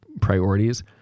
priorities